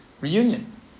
reunion